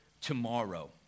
Tomorrow